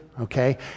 okay